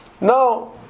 no